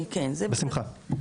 בשמחה.